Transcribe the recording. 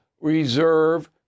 reserve